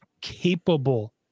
capable